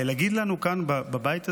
להגיד לנו כאן בבית הזה: